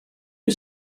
you